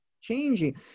changing